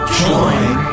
join